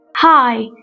Hi